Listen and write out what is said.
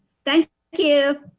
thank you.